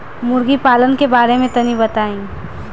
मुर्गी पालन के बारे में तनी बताई?